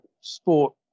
sport